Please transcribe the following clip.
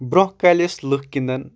برونٛہہ کالِہ ٲسۍ لُکھ گنٛدان